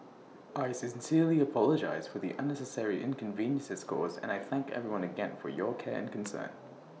I sincerely apologise for the unnecessary inconveniences caused and I thank everyone again for your care and concern